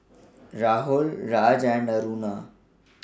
Rahul Raj and Aruna